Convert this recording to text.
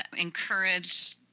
encourage